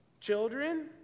children